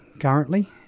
currently